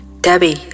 Debbie